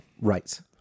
right